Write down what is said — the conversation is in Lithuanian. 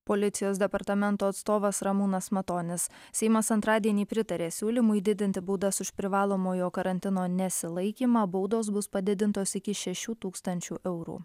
policijos departamento atstovas ramūnas matonis seimas antradienį pritarė siūlymui didinti baudas už privalomojo karantino nesilaikymą baudos bus padidintos iki šešių tūkstančių eurų